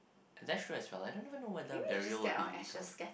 that's true as well I don't even know whether burial will be legal